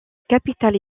capitale